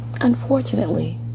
Unfortunately